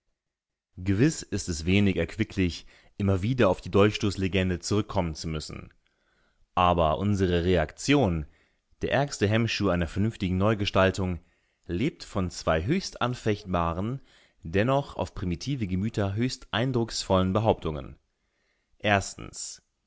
gewiß ist es wenig erquicklich immer wieder auf die dolchstoßlegende zurückkommen zu müssen aber unsere reaktion der ärgste hemmschuh einer vernünftigen neugestaltung lebt von zwei höchst anfechtbaren dennoch auf primitive gemüter höchst eindrucksvollen behauptungen